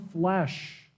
flesh